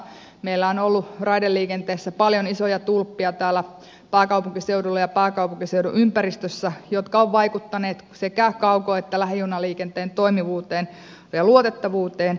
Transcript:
meillä on ollut raideliikenteessä paljon isoja tulppia täällä pääkaupunkiseudulla ja pääkaupunkiseudun ympäristössä jotka ovat vaikuttaneet sekä kauko että lähijunaliikenteen toimivuuteen ja luotettavuuteen